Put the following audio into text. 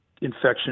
infection